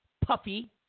Puffy